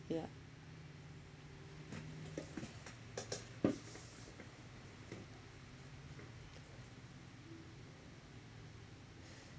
yup